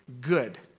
good